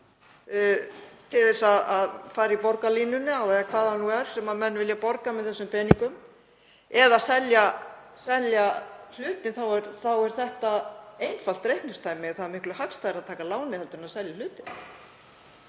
lán til þess að fara í borgarlínuna eða hvað það nú er sem menn vilja borga með þessum peningum, eða selja hlutinn? Þá er það einfalt reikningsdæmi. Það er miklu hagstæðara að taka lánið en að selja hlutinn.